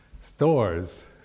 stores